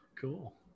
Cool